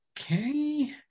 Okay